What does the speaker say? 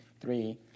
three